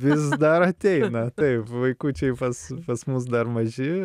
vis dar ateina taip vaikučiai pats pas mus dar maži